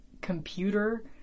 computer